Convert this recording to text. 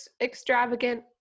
extravagant